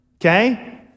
okay